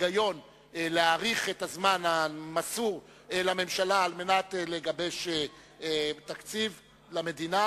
יש היגיון להאריך את הזמן המסור לממשלה על מנת לגבש תקציב למדינה,